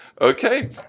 Okay